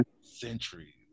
centuries